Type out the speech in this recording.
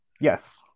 Yes